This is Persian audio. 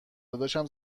داداشم